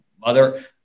mother